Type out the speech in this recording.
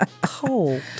cold